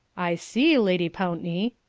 i see, lady pountney,